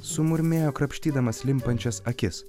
sumurmėjo krapštydamas limpančias akis